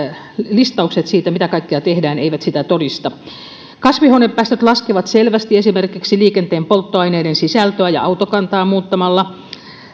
listaukset siitä mitä kaikkea tehdään eivät sitä todista kasvihuonepäästöt laskevat selvästi esimerkiksi liikenteen polttoaineiden sisältöä ja autokantaa muuttamalla